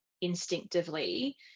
instinctively